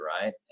right